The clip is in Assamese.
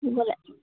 গ'লে